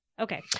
Okay